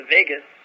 Vegas